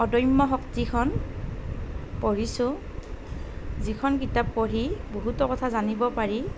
অদম্য শক্তিখন পঢ়িছোঁ যিখন কিতাপ পঢ়ি বহুতো কথা জানিব পাৰি